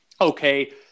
Okay